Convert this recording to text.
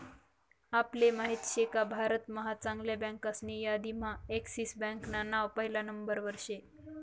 आपले माहित शेका भारत महा चांगल्या बँकासनी यादीम्हा एक्सिस बँकान नाव पहिला नंबरवर शे